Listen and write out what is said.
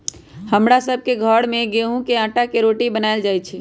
हमरा सभ के घर में गेहूम के अटा के रोटि बनाएल जाय छै